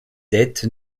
dettes